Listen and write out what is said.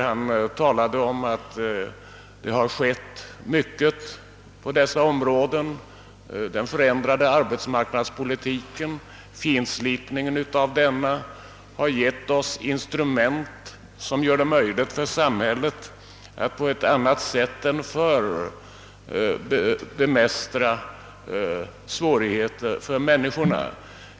Han talade om att det har hänt mycket på dessa områden, Den förändrade arbetsmarknadspolitiken och finslipningen av densamma har givit oss instrument som gör det möjligt för samhället att på ett annat sätt än förr bemästra svårigheter för människorna.